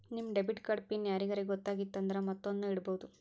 ನಿಮ್ debit card pin ಯಾರಿಗರೇ ಗೊತ್ತಾಗಿತ್ತು ಅಂದುರ್ ಮತ್ತೊಂದ್ನು ಇಡ್ಬೋದು